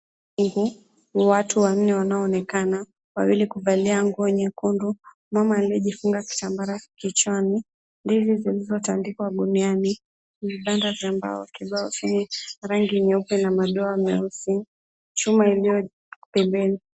Ni watu wanne wanaoonekana, wawili kuvalia nguo nyekundu, mama aliyefunga kitambara kichwani, ndizi zilizotandikwa guniani, vibanda vya mbao, kibao cha rangi nyeupe na madoa nyeusi, chuma iliyo pembeni.